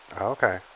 Okay